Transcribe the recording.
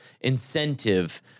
incentive